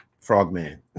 Frogman